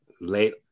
late